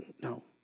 no